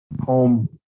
home